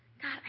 God